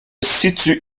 situe